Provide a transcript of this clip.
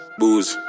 booze